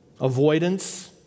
avoidance